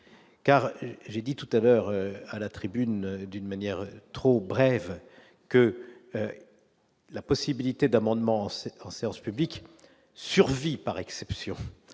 car j'ai dit tout à l'heure à la tribune d'une manière trop brève que la possibilité d'amendements, c'est quand séance publique survit par exception